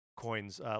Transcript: Coins